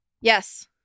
Yes